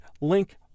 link